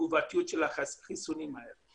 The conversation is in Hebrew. התגובתיות של החיסונים האלה,